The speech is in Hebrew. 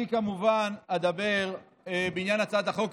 אני כמובן אדבר בעניין הצעת החוק,